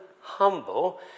humble